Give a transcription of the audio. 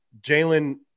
Jalen